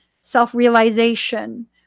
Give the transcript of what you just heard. self-realization